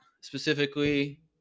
specifically